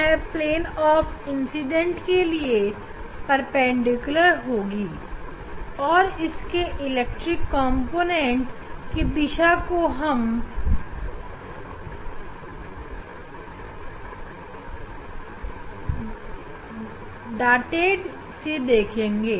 वह incident plane के लिए परपेंडिकुलर होगी और इसके इलेक्ट्रिक कॉम्पोनेंट की दिशा को हम बिंदु से दिखाएँगे